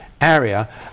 area